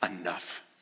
enough